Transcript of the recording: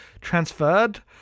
transferred